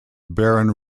baron